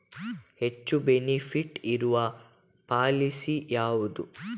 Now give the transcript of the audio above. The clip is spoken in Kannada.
ಹೆಚ್ಚು ಬೆನಿಫಿಟ್ ಇರುವ ಪಾಲಿಸಿ ಯಾವುದು?